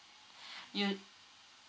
you